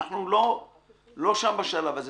אנחנו לא שם בשלב הזה,